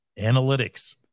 analytics